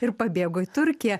ir pabėgo į turkiją